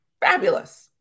fabulous